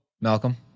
Malcolm